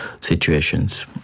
situations